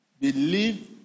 Believe